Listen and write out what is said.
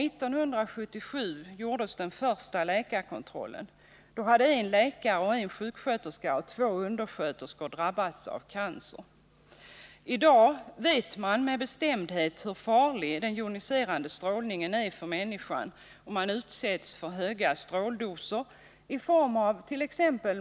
År 1977 gjordes den första läkarkontrollen. Då hade en läkare, en sjuksköterska och två undersköterskor drabbats av cancer. I dag vet man med bestämdhet hur farlig den joniserande strålningen är för människan, om hon utsätts för höga stråldoser i form avt.ex.